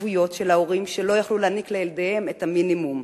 הכבויות של ההורים שלא יכלו להעניק לילדיהם את המינימום.